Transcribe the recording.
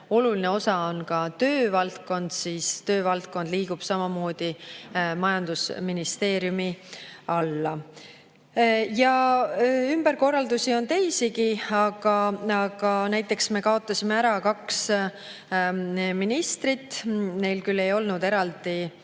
oluline osa on ka töövaldkond, siis töövaldkond liigub samamoodi majandusministeeriumi alla. Ümberkorraldusi on teisigi, näiteks me kaotasime ära kaks ministri[kohta]. Neil küll ei olnud oma